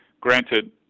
Granted